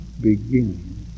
beginning